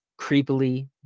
creepily